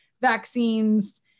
vaccines